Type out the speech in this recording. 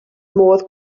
modd